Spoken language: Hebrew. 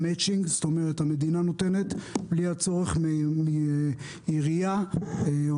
מאצ'ינג כלומר המדינה נותנת בלי הצורך מעירייה או